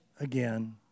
again